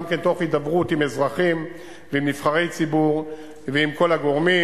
גם כן תוך הידברות עם אזרחים ועם נבחרי ציבור ועם כל הגורמים.